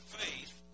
faith